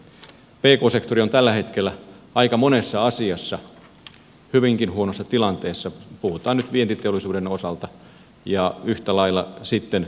pk sektori on tällä hetkellä aika monessa asiassa hyvinkin huonossa tilanteessa puhutaan nyt sitten vientiteollisuuden osalta tai yhtä lailla aluekehittämisenkin osalta